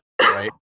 right